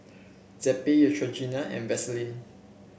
Zappy Neutrogena and Vaselin